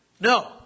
No